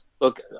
look